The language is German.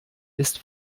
ist